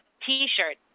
T-shirt